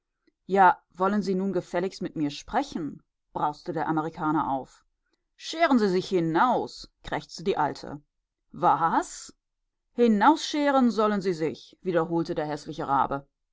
ja wollen sie nun gefälligst mit mir sprechen brauste der amerikaner auf scheren sie sich hinaus krächzte die alte waas hinausscheren sollen sie sich wiederholte der häßliche rabe